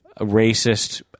racist